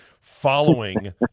following